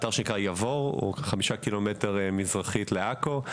באתר שנקרא יבור, כ-5 ק"מ מזרחית לעכו.